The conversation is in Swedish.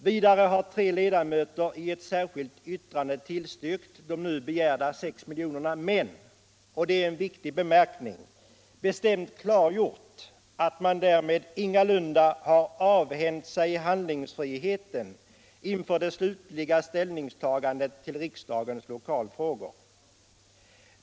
Vidare har tre ledamöter i ett särskilt vrkande tillstyrkt de nu begärda 6 miljonerna, men —- och det bör särskilt uppmärksammas —- de har bestämt klargjort att de därmed ingalunda har avhänt sig handlingsfriheten tnför det slutliga ställningstagandet till frågan om riksdagens lokaltrågor.